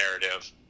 narrative